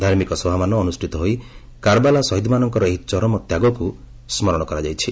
ଧାର୍ମିକ ସଭାମାନ ଅନୁଷ୍ଠିତ ହୋଇ କାର୍ବାଲା ସହିଦ୍ମାନଙ୍କର ଏହି ଚରମ ତ୍ୟାଗକୁ ସ୍କରଣ କରାଯାଇଛି